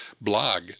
blog